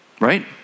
Right